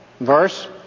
verse